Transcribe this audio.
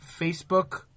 Facebook